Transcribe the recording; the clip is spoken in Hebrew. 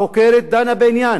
החוקרת דנה בעניין.